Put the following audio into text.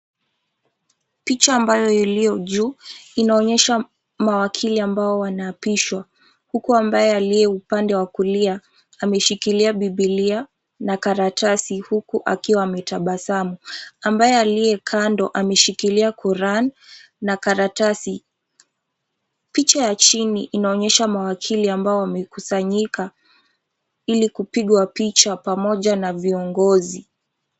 Picha ambayo iliyo juu inaonyesha mawakili ambao wanaapishwa, huku ambaye aliye upande wa kulia ameshikilia Bibilia na karatasi huku akiwa ametabasamu. Ambaye aliye kando ameshikilia Kuran na karatasi. Picha ya chini inaonyesha mawakili ambao wamekusanyika ili kupigwa picha pamoja na viongozi.